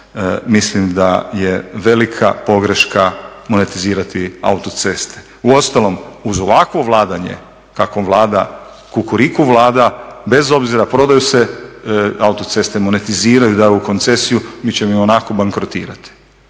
mislim da je velika pogreška monetizirati autoceste. Uostalom uz ovakvo vladanje kakvo vlada Kukuriku Vlada bez obzira prodaju li se autoceste, monetiziraju, daju u koncesiju mi ćemo i onako bankrotirati